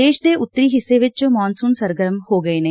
ਦੇਸ਼ ਦੇ ਉੱਤਰੀ ਹਿੱਸੇ ਵਿਚ ਮਾਨਸੁਨ ਸਰਗਰਮ ਹੋ ਗਏ ਨੇ